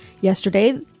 Yesterday